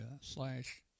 slash